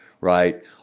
right